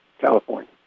California